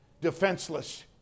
defenseless